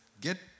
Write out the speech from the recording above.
get